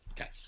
okay